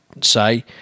say